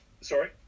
Sorry